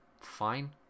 fine